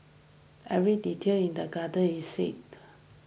every detail in the garden is said